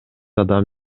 адам